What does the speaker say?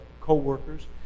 co-workers